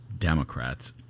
Democrats